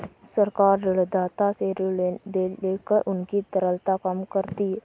सरकार ऋणदाता से ऋण लेकर उनकी तरलता कम करती है